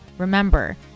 Remember